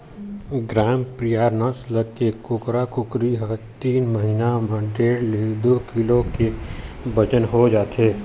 ग्रामप्रिया नसल के कुकरा कुकरी ह तीन महिना म डेढ़ ले दू किलो के बजन हो जाथे